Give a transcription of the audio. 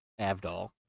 Avdol